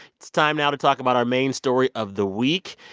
it's time now to talk about our main story of the week,